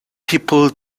people